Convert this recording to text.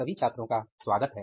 सबका स्वागत है